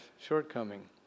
shortcoming